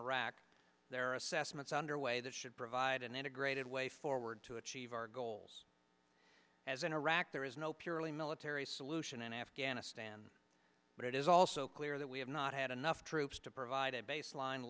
iraq their assessments underway that should provide an integrated way forward to achieve our goals as in iraq there is no purely military solution in afghanistan but it is also clear that we have not had enough troops to provide a baseline